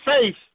faith